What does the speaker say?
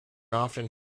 often